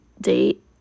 date